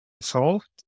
solved